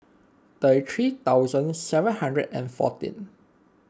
thirty three thousand seven hundred and fourteen